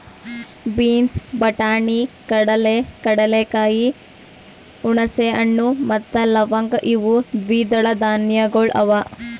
beans, ಬಟಾಣಿ, ಕಡಲೆ, ಕಡಲೆಕಾಯಿ, ಹುಣಸೆ ಹಣ್ಣು ಮತ್ತ ಲವಂಗ್ ಇವು ದ್ವಿದಳ ಧಾನ್ಯಗಳು ಅವಾ